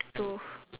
so